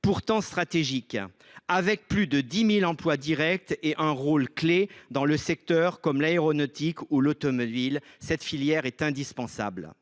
pourtant stratégique. Avec plus de 10 000 emplois directs et un rôle clé dans des secteurs comme l’aéronautique ou l’automobile, cette filière est indispensable.